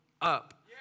Up